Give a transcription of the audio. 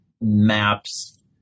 maps